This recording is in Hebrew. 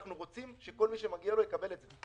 אנחנו רוצים שכל מי שמגיע לו יקבל את זה.